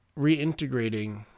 reintegrating